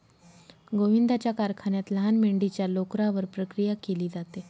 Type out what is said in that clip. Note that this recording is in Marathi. गोविंदाच्या कारखान्यात लहान मेंढीच्या लोकरावर प्रक्रिया केली जाते